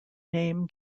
name